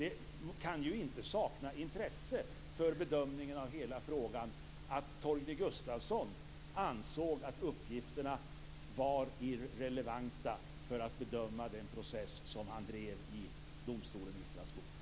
Det kan inte sakna intresse för bedömningen av hela frågan, att Torgny Gustafsson ansåg att uppgifterna var irrelevanta för bedömningen av den process som han drev i domstolen i Strasbourg.